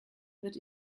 wird